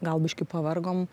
gal biškį pavargom